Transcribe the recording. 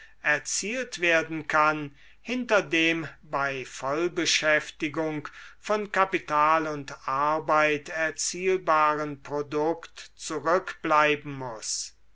erzielt werden kann hinter dem bei vollbeschäftigung von kapital und arbeit erzielbaren produkt zurückbleiben muß